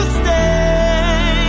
stay